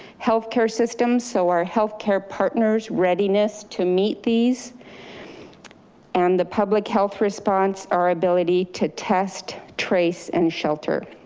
healthcare systems, so our healthcare partners readiness to meet these and the public health response, our ability to test, trace and shelter.